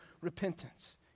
repentance